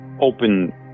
open